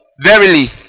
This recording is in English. Verily